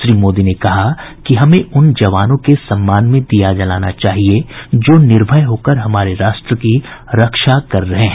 श्री मोदी ने कहा कि हमें उन जवानों के सम्मान में दीया जलाना चाहिए जो निर्भय होकर हमारे राष्ट्र की रक्षा कर रहे हैं